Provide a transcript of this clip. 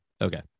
Okay